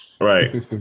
Right